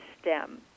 stem